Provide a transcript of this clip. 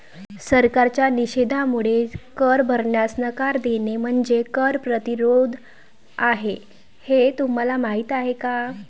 सरकारच्या निषेधामुळे कर भरण्यास नकार देणे म्हणजे कर प्रतिरोध आहे हे तुम्हाला माहीत आहे का